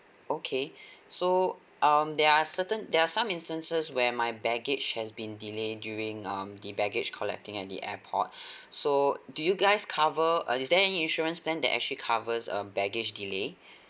okay so um there are certain there are some instances where my baggage has been delay during um the baggage collecting at the airport so do you guys cover uh is there any insurance plan that actually covers um baggage delay